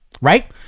right